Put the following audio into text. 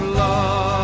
love